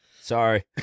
sorry